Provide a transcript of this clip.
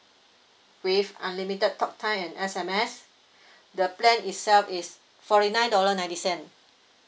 with unlimited talk time and S_M_S the plan itself is forty nine dollar ninety cent